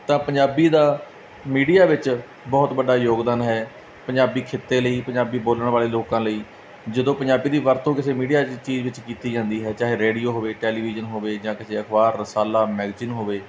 ਤਾਂ ਪੰਜਾਬੀ ਦਾ ਮੀਡੀਆ ਵਿੱਚ ਬਹੁਤ ਵੱਡਾ ਯੋਗਦਾਨ ਹੈ ਪੰਜਾਬੀ ਖਿੱਤੇ ਲਈ ਪੰਜਾਬੀ ਬੋਲਣ ਵਾਲੇ ਲੋਕਾਂ ਲਈ ਜਦੋਂ ਪੰਜਾਬੀ ਦੀ ਵਰਤੋਂ ਕਿਸੇ ਮੀਡੀਆ 'ਚ ਚੀਜ਼ ਵਿੱਚ ਕੀਤੀ ਜਾਂਦੀ ਹੈ ਚਾਹੇ ਰੇਡੀਓ ਹੋਵੇ ਟੈਲੀਵਿਜ਼ਨ ਹੋਵੇ ਜਾਂ ਕਿਸੇ ਅਖ਼ਬਾਰ ਰਸਾਲਾ ਮੈਗਜ਼ੀਨ ਹੋਵੇ